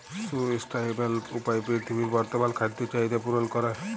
sustainable উপায়ে পীরথিবীর বর্তমাল খাদ্য চাহিদ্যা পূরল ক্যরে